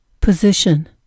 position